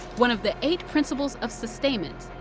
one of the eight principles of sustainment,